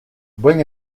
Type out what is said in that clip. buen